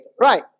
right